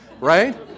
right